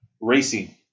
racing